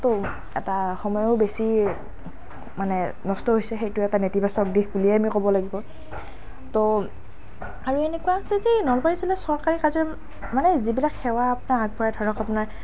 ত' এটা সময়ো বেছি মানে নষ্ট হৈছে সেইটো এটা নেতিবাচক দিশ বুলিয়ে আমি ক'ব লাগিব ত' আৰু এনেকুৱা হৈছে যে নলবাৰী জিলাৰ চৰকাৰী কাৰ্য্য়ালয় মানে যিবিলাক সেৱা আপোনাৰ আগবঢ়ায় ধৰক আপোনাৰ